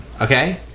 okay